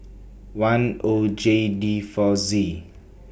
one O J D four Z